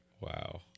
Wow